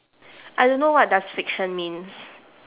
I don't know what does fiction means